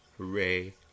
Hooray